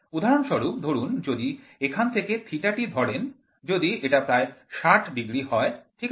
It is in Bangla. উদাহরণস্বরূপ ধরুন যদি এখান থেকে θ টি ধরেন যদি এটা প্রায় ৬০ ডিগ্রি হয় ঠিক আছে